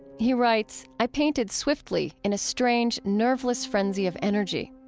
he writes i painted swiftly, in a strange, nervous frenzy of energy.